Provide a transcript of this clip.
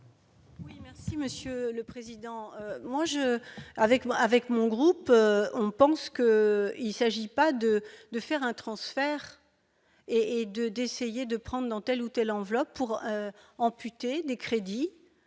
Oui merci monsieur le président, moi je avec moi, avec mon groupe, on pense que il s'agit pas de de faire un transfert et de d'essayer de prendre dans telle ou telle enveloppe pour amputés des crédits